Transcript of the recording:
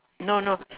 no no